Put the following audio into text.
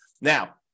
now